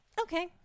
Okay